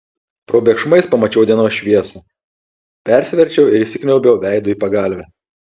probėgšmais pamačiau dienos šviesą persiverčiau ir įsikniaubiau veidu į pagalvę